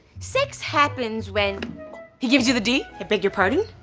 sex happens when he gives you the d? i beg your pardon?